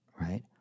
right